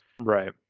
Right